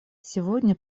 сегодня